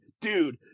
dude